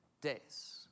days